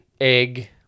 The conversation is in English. Egg